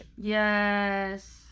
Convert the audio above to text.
Yes